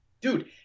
dude